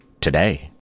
Today